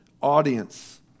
audience